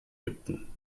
ägypten